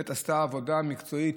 שבאמת עשתה עבודה מקצועית.